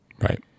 Right